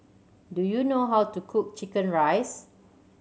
do you know how to cook chicken rice